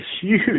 huge